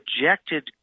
rejected